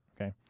Okay